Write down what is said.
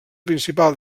principal